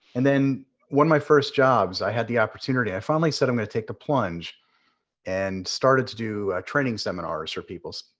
and then one of my first jobs, i had the opportunity. i finally said i'm gonna take the plunge and started to do training seminars for people,